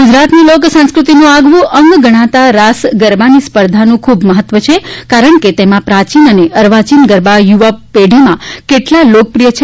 ગુજરાતની લોક સંસ્કૃતિનું આગવું અંગ ગણાતા રાસગરબાની સ્પર્ધાનું ખૂબ મહત્વ છે કારણ કે તેમાં પ્રાચીન અને અર્વાચીન ગરબા યુવાપેઢીમાં કેટલા લોકપ્રિય છે